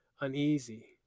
uneasy